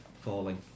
falling